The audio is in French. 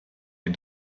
les